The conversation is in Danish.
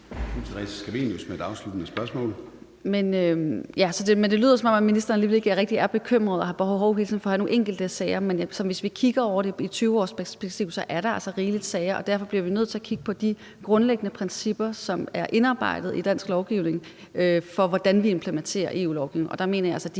Det lyder, som om ministeren alligevel ikke rigtig er bekymret og har behov for hele tiden at fremhæve nogle enkelte sager. Men hvis vi kigger på det i et 20-årsperspektiv, er der altså rigeligt med sager, og derfor bliver vi nødt til at kigge på de grundlæggende principper, som er indarbejdet i dansk lovgivning, for, hvordan vi implementerer EU-lovgivning.